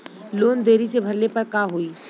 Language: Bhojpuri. लोन देरी से भरले पर का होई?